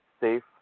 Safe